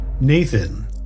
Nathan